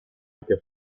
amplia